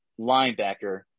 linebacker